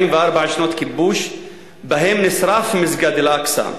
44 שנות כיבוש שבהן נשרף מסגד אל-אקצא,